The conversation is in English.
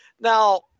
Now –